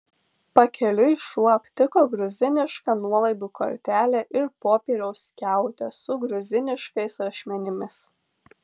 pakeliui šuo aptiko gruzinišką nuolaidų kortelę ir popieriaus skiautę su gruziniškais rašmenimis